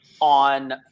on